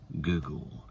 Google